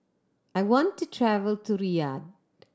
I want to travel to Riyadh